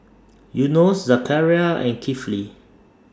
Yunos Zakaria and Kifli